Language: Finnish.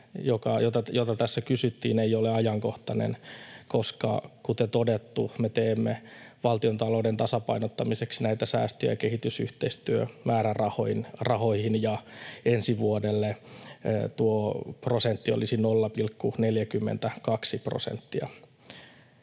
josta tässä kysyttiin, ei ole ajankohtainen, koska kuten todettu, me teemme valtiontalouden tasapainottamiseksi näitä säästöjä kehitysyhteistyömäärärahoihin, ja ensi vuodelle tuo luku olisi 0,42 prosenttia.